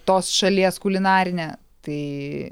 tos šalies kulinarinę tai